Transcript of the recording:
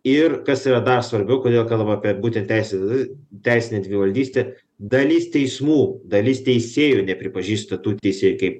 ir kas yra dar svarbiau kodėl kalba apie būtent teisę z teisinė dvivaldystė dalis teismų dalis teisėjų nepripažįsta tų teisėjų kaip